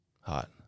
Hot